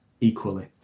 Equally